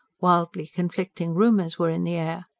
wildly conflicting rumours were in the air.